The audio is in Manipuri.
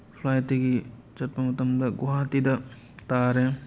ꯐ꯭ꯂꯥꯏꯠꯇꯒꯤ ꯆꯠꯄ ꯃꯇꯝꯗ ꯒꯨꯍꯥꯇꯤꯗ ꯇꯥꯔꯦ